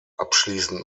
abschließend